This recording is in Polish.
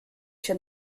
się